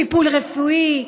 טיפול רפואי,